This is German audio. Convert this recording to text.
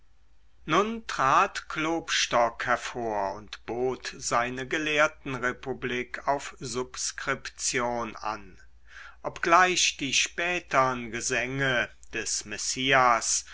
nun trat klopstock hervor und bot seine gelehrtenrepublik auf subskription an obgleich die spätern gesänge des messias